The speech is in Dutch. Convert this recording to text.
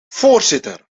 voorzitter